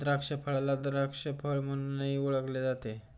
द्राक्षफळाला द्राक्ष फळ म्हणूनही ओळखले जाते